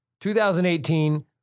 2018